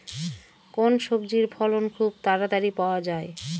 কোন সবজির ফলন খুব তাড়াতাড়ি পাওয়া যায়?